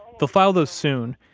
they'll file those soon.